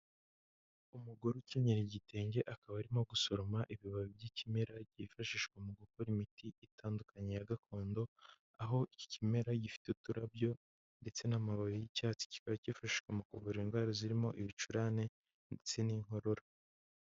Umugore ukenyere igitenge akaba arimo gusoroma ibibabi by'ikimera byifashishwa mu gukora imiti itandukanye ya gakondo, aho iki kimera gifite uturarabyo ndetse n'amababi y'icyatsi kikaba gifasha mu kuvura indwara zirimo ibicurane ndetse n'inkorora.